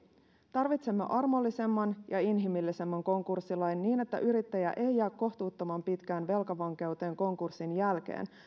tarvitsemme armollisemman ja inhimillisemmän konkurssilain niin että yrittäjä ei jää kohtuuttoman pitkään velkavankeuteen konkurssin jälkeen